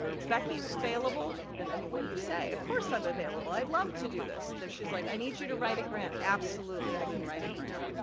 is becky available? and, i mean, what do you say? of course i'm available, i'd love to do this. she's like, i need you to write a grant. absolutely, i can write a grant.